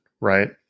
right